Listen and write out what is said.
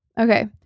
okay